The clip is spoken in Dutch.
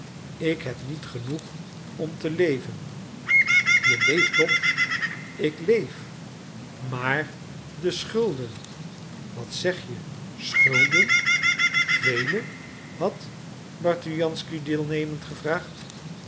ik heb niet genoeg om te leven je leeft toch ik leef maar de schulden wat zeg je schulden vele had bartujansky deelnemend gevraagd